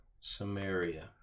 Samaria